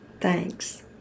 Thanks